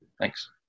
Thanks